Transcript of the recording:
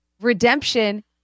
redemption